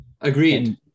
Agreed